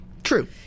True